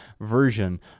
version